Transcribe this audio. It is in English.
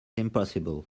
impossible